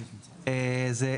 זה,